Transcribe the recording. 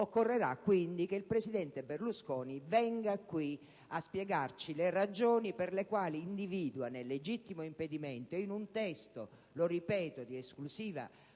occorrerà che il presidente Berlusconi venga qui a spiegarci le ragioni per le quali individua nel legittimo impedimento, in un testo - lo ripeto - di esclusiva